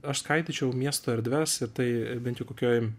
aš skaidyčiau miesto erdves ir tai bent jau kokioj